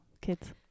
kids